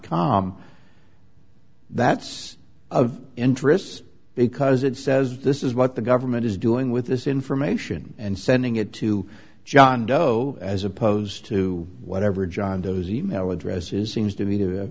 com that's of interest because it says this is what the government is doing with this information and sending it to john doe as opposed to whatever john doe's e mail addresses seems to be